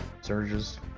surges